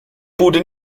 bude